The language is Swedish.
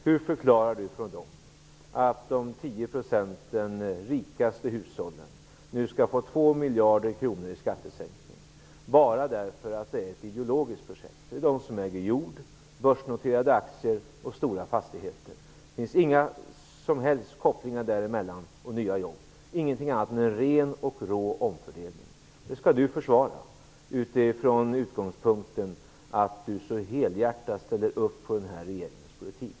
Hur förklarar han för dem att de tio procenten rikaste hushållen skall få 2 miljarder kronor i skattesänkning bara därför att det är ett ideologiskt projekt? Det gäller dem som äger jord, börsnoterade aktier och stora fastigheter. Det finns inga som helst kopplingar mellan detta och nya jobb. Det är ingenting annat än en ren och rå omfördelning. Detta skall Per-Ola Eriksson försvara med utgångspunkt från att han så helhjärtat ställer upp på den här regeringens politik.